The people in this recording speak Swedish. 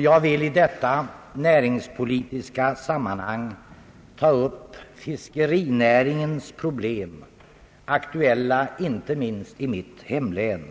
Jag vill i detta näringspolitiska sammanhang ta upp fiskerinäringens problem, aktuella inte minst i mitt hemlän,